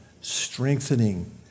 strengthening